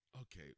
okay